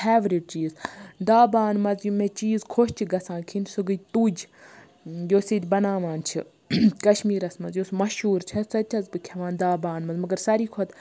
favourite چیٖز ڈاباہَن مَنٛز یِم مےٚ چیٖز خۄش چھِ گَژھان کھیٚنۍ سُہ گٔے تُج یۅس ییٚتہِ بَناوان چھِ کَشمیٖرَس مَنٛز یۅس مَشہوٗر چھ سۄ چھَس بہٕ کھیٚوان ڈاباہَن مَنٛز مَگَر سارِوٕے کھۄتہٕ